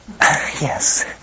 Yes